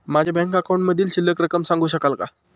माझ्या बँक अकाउंटमधील शिल्लक रक्कम सांगू शकाल का?